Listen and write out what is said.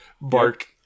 Bark